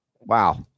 Wow